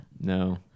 no